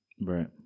Right